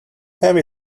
have